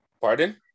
Pardon